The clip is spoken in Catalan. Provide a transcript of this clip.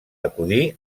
acudir